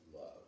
love